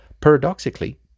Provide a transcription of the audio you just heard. Paradoxically